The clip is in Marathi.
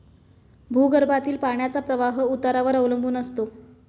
भूगर्भातील पाण्याचा प्रवाह उतारावर अवलंबून असतो